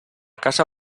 casa